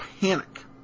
panic